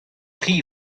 tri